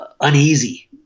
uneasy